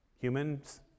humans